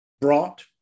brought